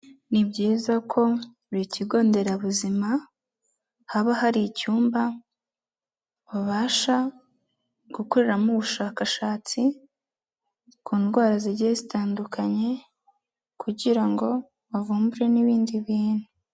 Ni byiza ko buri kigo nderabuzima haba hari icyumba babasha gukoreramo ubushakashatsi ku ndwara zigiye zitandukanye kugira ngo bavumbure n'ibindi bintu.